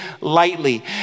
lightly